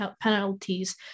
penalties